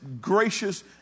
gracious